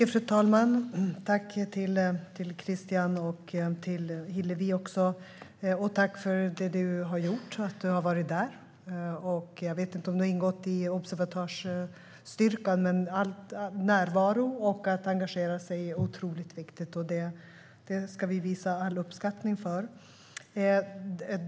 Fru talman! Tack, Christian och Hillevi! Tack, Christian, för det du har gjort och att du har varit där! Jag vet inte om du har ingått i observatörsstyrkan. Men all närvaro och att engagera sig är otroligt viktigt, och det ska vi visa all uppskattning för.